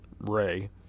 Ray